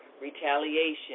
retaliation